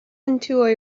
into